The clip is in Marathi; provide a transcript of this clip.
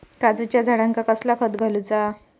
काजूच्या झाडांका कसला खत घालूचा?